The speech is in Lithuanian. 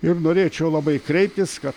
ir norėčiau labai kreiptis kad